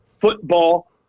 football